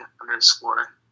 underscore